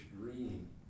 green